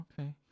Okay